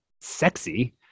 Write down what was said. sexy